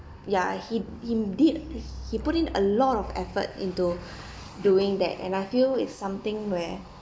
ya he he did he put in a lot of effort into doing that and I feel it's something where